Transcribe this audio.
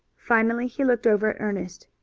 finally he looked over at ernest.